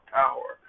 power